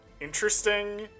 interesting